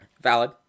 Valid